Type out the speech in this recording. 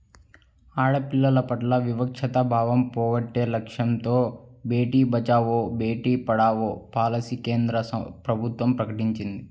ఆడపిల్లల పట్ల వివక్షతా భావం పోగొట్టే లక్ష్యంతో బేటీ బచావో, బేటీ పడావో పాలసీని కేంద్ర ప్రభుత్వం ప్రకటించింది